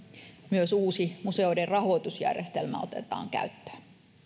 myös uusi museoiden rahoitusjärjestelmä otetaan käyttöön